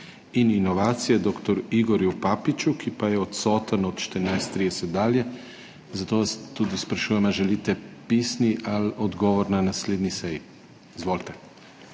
in inovacije dr. Igorju Papiču, ki pa je odsoten od 14.30 dalje. Zato vas tudi sprašujem, ali želite pisno ali odgovor na naslednji seji. Izvolite.